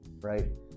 right